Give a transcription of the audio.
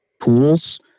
pools